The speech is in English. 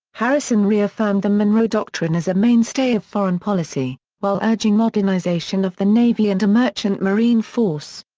harrison reaffirmed the monroe doctrine as a mainstay of foreign policy, while urging modernization of the navy and a merchant marine force.